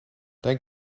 dein